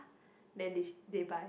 then this they buy